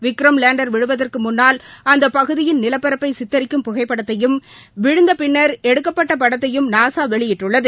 Vikram lander விழுவதற்குமுன்னால் அந்தபகுதியின் நிலப்பரப்பைசித்தரிக்கும் புகைப்படத்தையும் விழுந்தபின்னா் எடுக்கப்பட்டபடத்தையும் நாசாவெளியிட்டுள்ளது